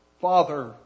Father